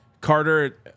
Carter